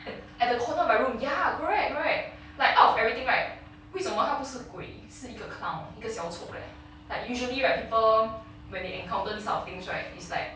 at at the corner of my room ya correct correct like out of everything right 为什么他不是鬼是一个 clown 一个小丑 leh like usually right people when they encounter these kind of things right it's like